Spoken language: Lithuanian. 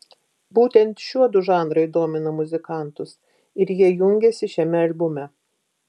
būtent šiuodu žanrai domina muzikantus ir jie jungiasi šiame albume